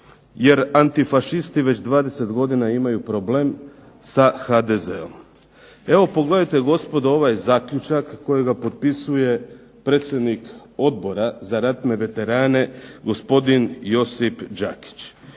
jer antifašisti već 20 godina imaju problem sa HDZ-om. Evo pogledajte gospodo ovaj zaključak kojega potpisuje predsjednik Odbora za ratne veterane gospodin Josip Đakić.